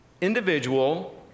individual